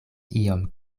iom